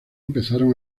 empezaron